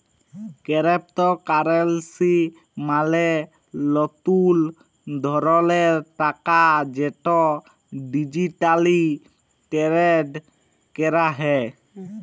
কেরেপ্তকারেলসি মালে লতুল ধরলের টাকা যেট ডিজিটালি টেরেড ক্যরা হ্যয়